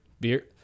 beer